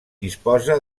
disposa